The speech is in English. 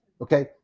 okay